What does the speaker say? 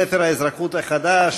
ספר האזרחות החדש.